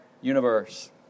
universe